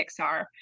Pixar